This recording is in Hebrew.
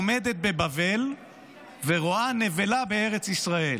עומדת בבבל ורואה נבלה בארץ ישראל".